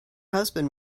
husband